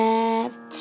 Left